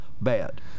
bad